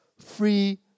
free